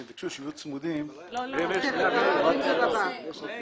שביקשו שיהיו צמודים --- זה לא כאן.